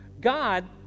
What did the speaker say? God